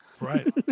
Right